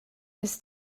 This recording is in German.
ist